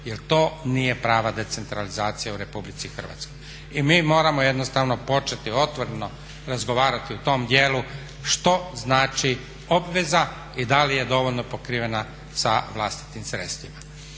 jer to nije prava decentralizacija u RH. I mi moramo jednostavno početi otvoreno razgovarati o tom dijelu što znači obveza i da li je dovoljno pokrivena sa vlastitim sredstvima.